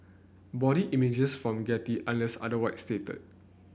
body images from Getty unless otherwise stated